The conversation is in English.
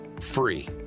free